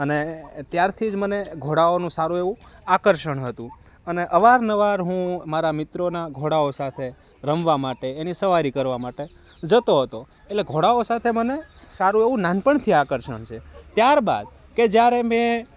અને ત્યારથી જ મને ઘોડાઓનું સારું એવું આકર્ષણ હતું અને અવાર નવાર હું મારા મિત્રોના ઘોડાઓ સાથે રમવા માટે એની સવારી કરવા માટે જતો હતો એટલે ઘોડાઓ સાથે મને સારું એવું નાનપણથી આકર્ષણ છે ત્યારબાદ કે જ્યારે મેં